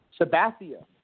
Sabathia